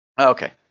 Okay